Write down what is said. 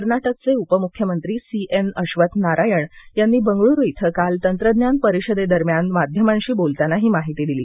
कर्नाटकघे उपमुख्यमंत्री C N Ashwath Narayan यांनी बंगळूरू इथं काल तंत्रज्ञान परिषदेदरम्यान माध्यमांशी बोलताना ही माहिती दिली